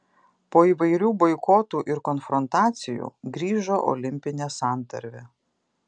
po įvairių boikotų ir konfrontacijų grįžo olimpinė santarvė